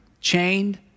chained